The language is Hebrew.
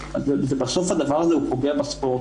ובסוף הדבר הזה הוא פוגע בספורט,